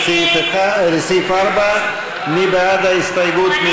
לסעיף 4. מי בעד ההסתייגות?